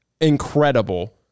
incredible